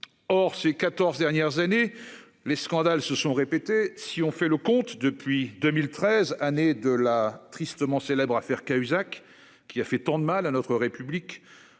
Or ces 14 dernières années, les scandales se sont répétées. Si on fait le compte, depuis 2013 années de la tristement célèbre affaire Cahuzac qui a fait tant de mal à notre République.